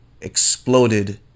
exploded